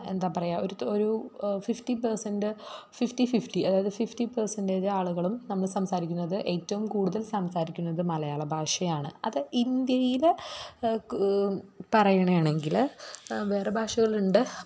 എന്താ പറയാ ഒര്തൂ ഒരു ഫിഫ്റ്റി പേഴ്സെൻറ്റ് ഫിഫ്റ്റി ഫിഫ്റ്റി അതായത് ഫിഫ്റ്റി പേഴ്സെൻറ്റെജ് ആളുകളും നമ്മൾ സംസാരിക്കുന്നത് എറ്റോം കൂടുതൽ സംസാരിക്കുന്നത് മലയാള ഭാഷയാണ് അത് ഇന്ത്യയിൽ കു പറയണതാണെങ്കിൽ വേറെ ഭാഷകളുണ്ട്